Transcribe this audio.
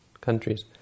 countries